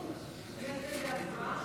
גברתי היושבת-ראש,